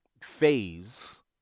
phase